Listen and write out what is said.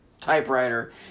typewriter